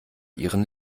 ihren